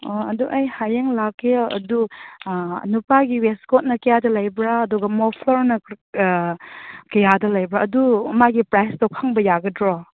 ꯑꯣ ꯑꯗꯨ ꯑꯩ ꯍꯌꯦꯡ ꯂꯥꯛꯀꯦ ꯑꯗꯨ ꯅꯨꯄꯥꯒꯤ ꯋꯦꯁ ꯀꯣꯠꯅ ꯀꯌꯥꯗ ꯂꯩꯕ꯭ꯔꯥ ꯑꯗꯨꯒ ꯃꯣꯐ꯭ꯂꯥꯔꯅ ꯀꯌꯥꯗ ꯂꯩꯕ꯭ꯔꯥ ꯑꯗꯨ ꯃꯥꯒꯤ ꯄ꯭ꯔꯥꯏꯁꯇꯨ ꯈꯪꯕ ꯌꯥꯒꯗ꯭ꯔꯣ